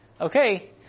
okay